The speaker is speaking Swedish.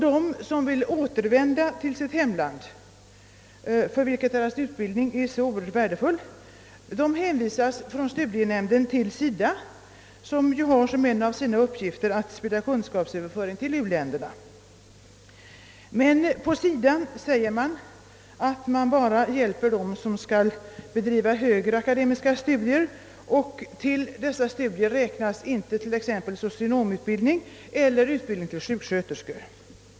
De som vill återvända till sitt hemland, för vilket deras utbildning är oerhört värdefull, hänvisas från studienämnden till SIDA, som har som en av sina uppgifter att sprida kunskaper till u-länderna. SIDA säger emellertid att man bara hjälper dem som skall bedriva högre akademiska studier. Till sådana studier räknas t.ex. inte socionomutbildning eller utbildning till sjuksköterska.